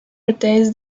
retains